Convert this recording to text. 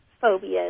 phobias